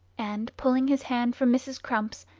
and, pulling his hand from mrs. crump's,